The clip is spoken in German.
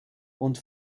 und